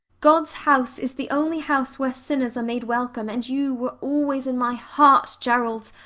god's house is the only house where sinners are made welcome, and you were always in my heart, gerald,